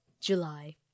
July